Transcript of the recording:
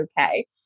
okay